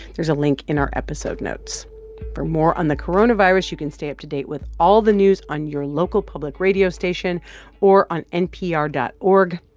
there's a link in our episode notes for more on the coronavirus, you can stay up to date with all the news on your local public radio station or on npr dot org.